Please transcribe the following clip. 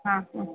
ആ ഹ